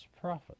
prophet